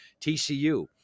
TCU